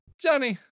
Johnny